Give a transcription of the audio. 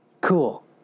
Cool